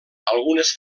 algunes